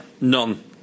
None